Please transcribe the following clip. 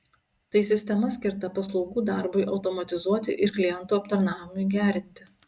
tai sistema skirta paslaugų darbui automatizuoti ir klientų aptarnavimui gerinti